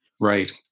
right